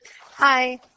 Hi